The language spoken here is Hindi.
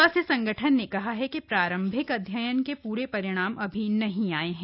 स्वास्थ्य संगठन ने कहा है कि प्रारम्भिक अध्ययन के प्रे परिणाम अभी नहीं आये हैं